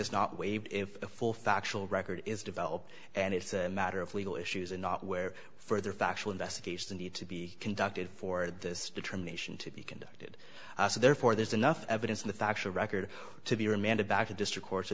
is not waived if the full factual record is developed and it's a matter of legal issues and not where further factual investigation need to be conducted for this determination to be conducted so therefore there's enough evidence in the factual record to be remanded back to district court so